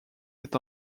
est